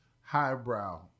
highbrow